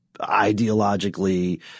ideologically